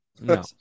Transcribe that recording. no